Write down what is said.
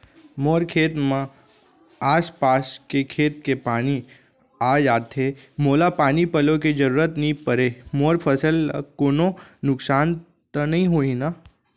मोर खेत म आसपास के खेत के पानी आप जाथे, मोला पानी पलोय के जरूरत नई परे, मोर फसल ल कोनो नुकसान त नई होही न?